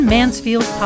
Mansfield